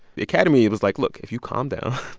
the academy was like, look, if you calm down,